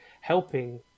helping